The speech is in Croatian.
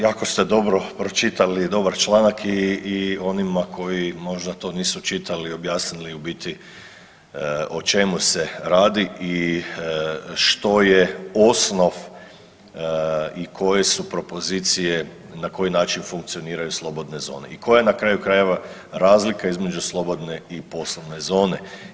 Jako ste dobro pročitali dobar članak i onima koji možda to nisu čitali objasnili u biti o čemu se radi i što je osnov i koje su propozicije na koji način funkcioniraju slobodne zone i koja je na kraju krajeva razlika između slobodne i poslovne zone.